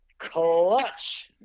Clutch